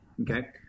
okay